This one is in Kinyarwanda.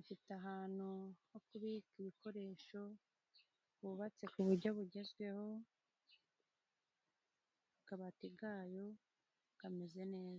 ifite ahantu ho kubika ibikoresho, hubatse ku buryo bugezweho, akabati kayo kameze neza.